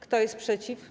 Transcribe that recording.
Kto jest przeciw?